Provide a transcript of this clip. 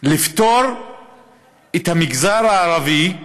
לפטור את המגזר הערבי,